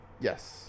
Yes